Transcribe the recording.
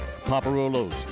Paparolos